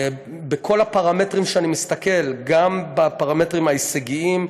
בכל הפרמטרים שאני מסתכל, גם בפרמטרים ההישגיים,